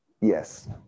Yes